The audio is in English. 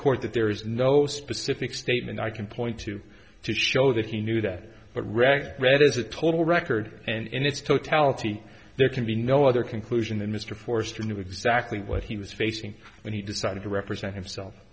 court that there is no specific statement i can point to to show that he knew that but react read as a total record and in its totality there can be no other conclusion than mr forrester knew exactly what he was facing when he decided to represent himself